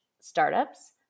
startups